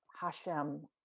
Hashem